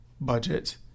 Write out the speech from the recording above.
budget